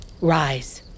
Rise